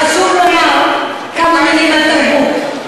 חשוב לומר כמה מילים על תרבות.